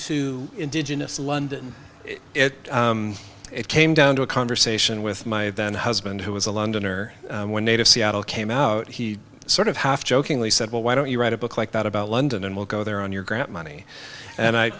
to indigenous london it came down to a conversation with my then husband who was a londoner when native seattle came out he sort of half jokingly said well why don't you write a book like that about london and we'll go there on your grant money and i